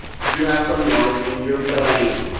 you have some knowledge in your brain.